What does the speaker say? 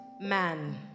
man